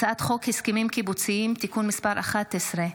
הצעת חוק הסכמים קיבוציים (תיקון מס' 11,